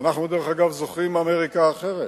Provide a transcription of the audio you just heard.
דרך אגב, אנחנו זוכרים אמריקה אחרת,